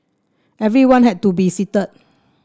everyone had to be seated